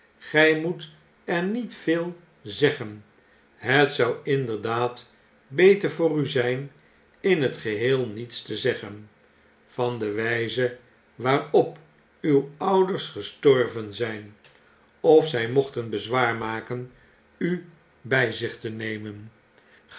gy moet er niet veel zeggen het zou inderdaad beter voor u zyn in t geheel niets te zeggen van de wyze waarop uw ouders gestorven zyn of zijmochten bezwaar maken u by zich te nemen